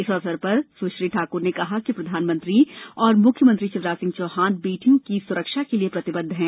इस अवसर पर सुश्री ठाकुर ने कहा कि प्रधानमंत्री और मुख्यमंत्री शिवराज सिंह चौहान बेटियों की सुरक्षा के लिये प्रतिबद्ध हैं